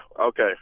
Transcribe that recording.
Okay